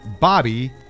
Bobby